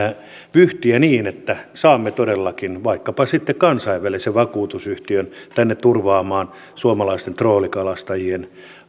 vyyhtiä niin että saamme todellakin vaikkapa sitten kansainvälisen vakuutusyhtiön tänne turvaamaan suomalaisten troolikalastajien